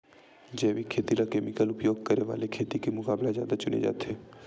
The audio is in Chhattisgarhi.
जैविक खेती ला केमिकल उपयोग करे वाले खेती के मुकाबला ज्यादा चुने जाते